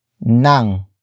nang